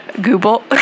Google